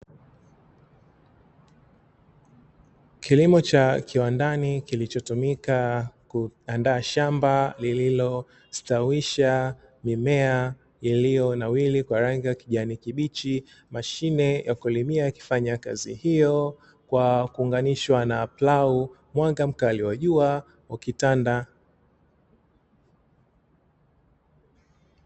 Kilimo cha kiwandani kilichotumika kuandaa shamba lenye mimea iliyostawi na kunawiri kwa rangi ya kijani kibichi. Mashine ya kulimia ikifanya kazi hiyo kwa kuunganishwa na plau na mwanga wa jua ukitanda.